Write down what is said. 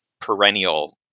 perennial